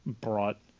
brought